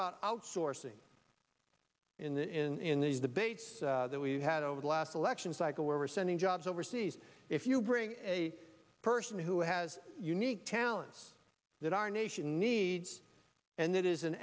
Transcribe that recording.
about outsourcing in these debates that we've had over the last election cycle where we're sending jobs overseas if you bring a person who has unique talents that our nation needs and it is an